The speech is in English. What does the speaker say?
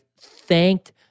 thanked